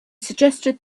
suggested